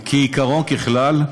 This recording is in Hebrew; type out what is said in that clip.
כעיקרון, ככלל,